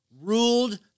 ruled